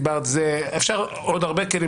אפשר עוד הרבה כלים,